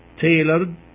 tailored